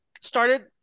started